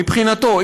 מבחינתו,